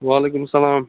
وعلیکُم السلام